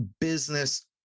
business